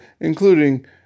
including